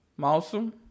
Mausum